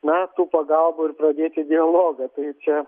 na tų pagalbų ir pradėti dialogą tai čia